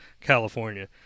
California